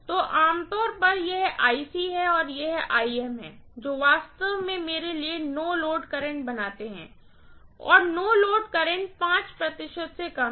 तो आम तौर पर यह है और यह है जो वास्तव में मेरे लिए नो लोड करंट बनाते हैं और नो लोड करंट 5 प्रतिशत से कम है